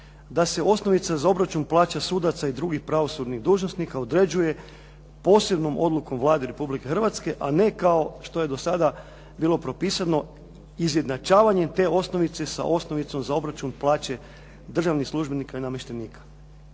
da se osnovica za obračun plaća sudaca i drugih pravosudnih dužnosnika određuje posebnom odlukom Vlade Republike Hrvatske, a ne kao što je do sada bilo propisano, izjednačavanjem te osnovice sa osnovicom za obračun plaće državnih službenika i namještenika."